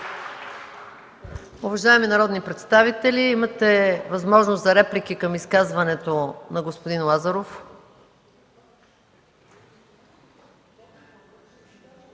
Уважаеми народни представители, имате възможност за реплики към изказването на господин Лазаров.